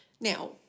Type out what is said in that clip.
Now